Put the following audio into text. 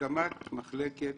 הקמת מחלקת